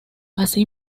así